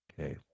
Okay